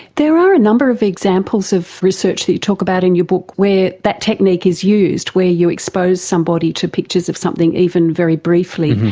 there are a number of examples of research that you talk about in your book where that technique is used, where you expose somebody to pictures of something, even very briefly,